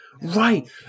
right